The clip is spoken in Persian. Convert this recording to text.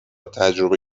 تجربه